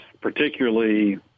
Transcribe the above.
Particularly